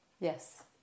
Yes